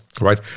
right